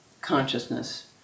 consciousness